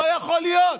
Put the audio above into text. לא יכול להיות.